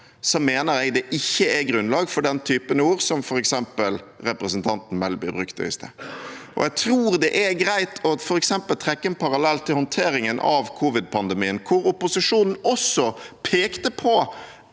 mener jeg det ikke er grunnlag for den typen ord som f.eks. representanten Melby brukte i sted. Jeg tror det er greit f.eks. å trekke en parallell til håndteringen av covidpandemien, hvor opposisjonen også pekte på